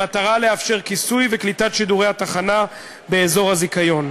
במטרה לאפשר כיסוי וקליטת שידורי התחנה באזור הזיכיון.